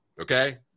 okay